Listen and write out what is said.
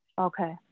Okay